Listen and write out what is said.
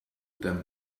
them